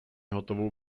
hotovou